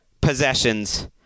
possessions